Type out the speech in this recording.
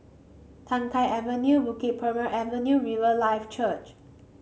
Tai Keng Avenue Bukit Purmei Avenue Riverlife Church